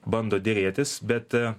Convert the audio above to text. bando derėtis bet